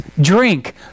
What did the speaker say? drink